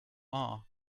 are